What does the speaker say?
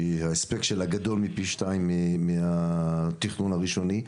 שההספק שלה גדול פי שתיים מתכנון הראשוני,